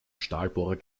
stahlbohrer